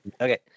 okay